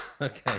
Okay